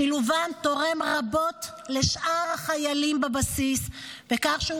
שילובם תורם רבות לשאר החיילים בבסיס בכך שהוא